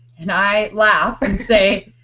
and i laugh and say,